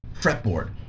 fretboard